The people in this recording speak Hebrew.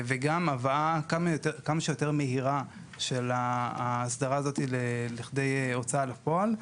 וגם הבאה כמה שיותר מהירה של האסדרה הזו לכדי הוצאה לפועל.